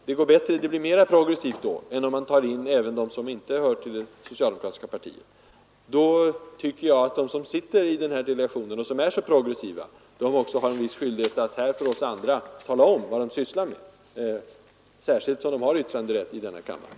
Då blir resultatet mera progressivt än om man även tar in personer som inte hör till socialdemokratiska partiet. Därför tycker jag att de som är med i delegationen och som är så progressiva har en viss skyldighet att för oss andra tala om vad de sysslar med, särskilt som de har yttranderätt i denna kammare.